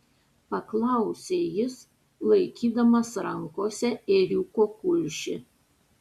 paklausė jis laikydamas rankose ėriuko kulšį